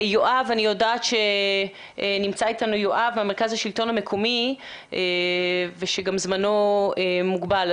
נמצא איתנו יואב ממרכז השלטון המקומי וזמנו מוגבל.